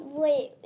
wait